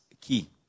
key